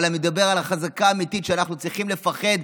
אבל אני מדבר על החזקה האמיתית שאנחנו צריכים לפחד,